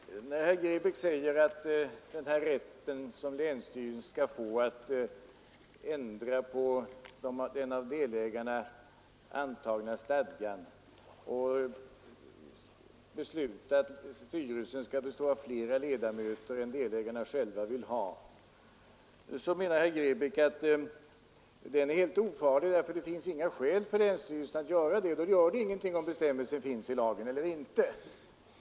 Herr talman! När herr Grebäck säger att den rätt länsstyrelsen skall få att ändra på den av delägarna antagna stadgan och besluta att styrelsen skall bestå av fler ledamöter än delägarna själva vill ha, så menar herr Grebäck att den är helt ofarlig därför att det finns inga skäl för länsstyrelsen att göra det, och då spelar det ingen roll om bestämmelsen finns i lagen eller inte.